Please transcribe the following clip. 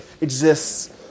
exists